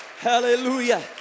Hallelujah